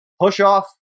Push-off